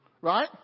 Right